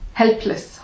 helpless